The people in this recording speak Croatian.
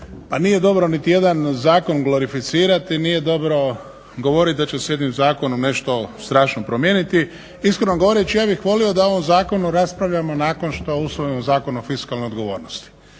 pa nije dobro niti jedan zakon glolificirati, nije dobro govoriti da će se jednim zakonom nešto strašno promijeniti. Iskreno govoreći ja bih volio da o ovom zakonu raspravljamo nakon što usvojimo Zakon o fiskalnoj odgovornosti.